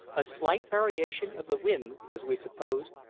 a slight variation of the wind, as we supposed,